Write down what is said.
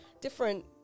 different